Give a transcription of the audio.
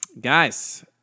Guys